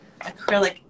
acrylic